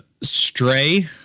Stray